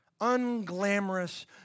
unglamorous